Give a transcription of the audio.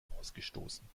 ausgestoßen